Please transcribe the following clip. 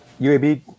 UAB